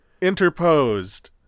interposed